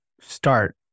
start